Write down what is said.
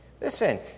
Listen